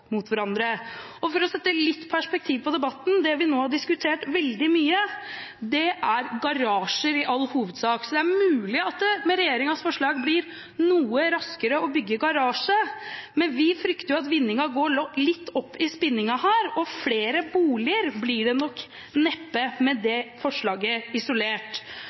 mot hverandre. For å sette litt perspektiv på debatten: Det vi nå har diskutert veldig mye, er garasjer, i all hovedsak. Det er mulig at det med regjeringens forslag blir noe raskere å bygge garasjer, men vi frykter at vinninga går litt opp i spinninga her – og flere boliger blir det neppe med det forslaget, isolert